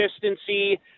consistency